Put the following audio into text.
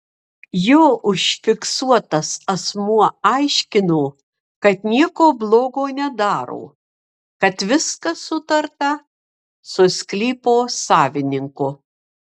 jo užfiksuotas asmuo aiškino kad nieko blogo nedaro kad viskas sutarta su sklypo savininku